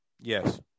Yes